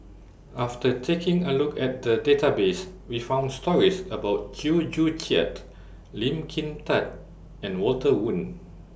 after taking A Look At The Database We found stories about Chew Joo Chiat Lee Kin Tat and Walter Woon